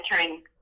entering